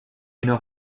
eine